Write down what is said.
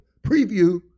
preview